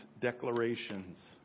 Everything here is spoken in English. declarations